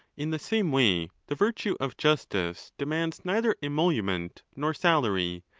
in the same way the virtue of justice demands neither emolument nor salary,